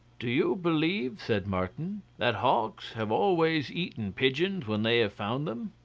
do you believe, said martin, that hawks have always eaten pigeons when they have found them?